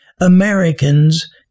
Americans